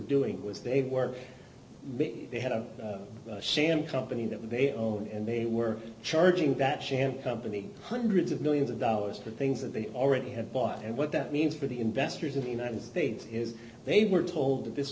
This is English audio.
doing was they were big they had a sham company that they own and they were charging that chant company hundreds of millions of dollars for things that they already had bought and what that means for the investors in the united states is they were told that this